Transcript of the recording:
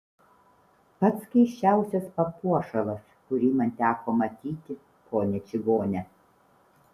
pats keisčiausias papuošalas kurį man teko matyti ponia čigone